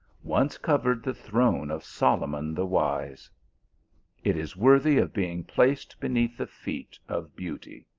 once covered the throne of solomon the wise it is worthy of be ing placed beneath the feet of beauty.